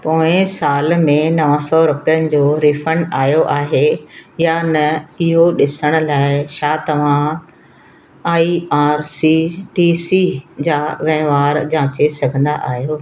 पोएं साल में नव सौ रुपयनि जो रीफंड आयो आहे या न इहो ॾिसण लाइ छा तव्हां I R C T C जा वहिंवार जांचे सघंदा आहियो